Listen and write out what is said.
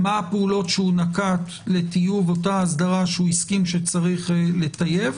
מה הפעולות שנקט לטיוב אותה אסדרה שהוא הסכים שצריך לטייב.